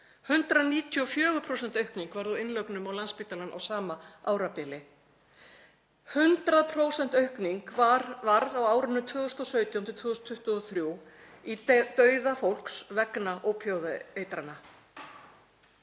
194% aukning varð á innlögnum á Landspítalann á sama árabili. 100% aukning varð á árunum 2017–2023 í dauða fólks vegna ópíóíðaeitrana.